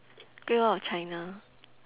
great wall of china